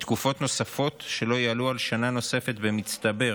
בתקופות נוספות שלא יעלו על שנה נוספת במצטבר,